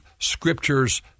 Scriptures